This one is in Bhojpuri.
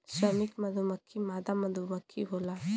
श्रमिक मधुमक्खी मादा मधुमक्खी होला